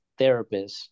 therapists